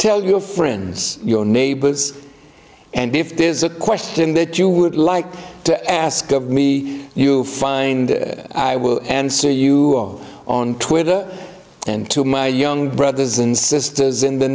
tell your friends your neighbors and if there is a question that you would like to ask me you find i will answer you on twitter and to my young brothers and sisters in the